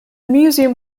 museum